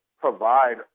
provide